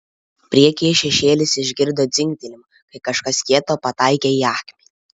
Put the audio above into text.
priekyje šešėlis išgirdo dzingtelėjimą kai kažkas kieto pataikė į akmenį